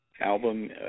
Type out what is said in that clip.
album